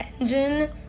engine